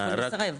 הם יכולים לסרב.